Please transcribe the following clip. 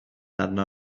arno